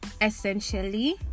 essentially